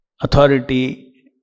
authority